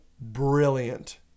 brilliant